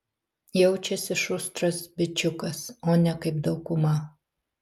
jaučiasi šustras bičiukas o ne kaip dauguma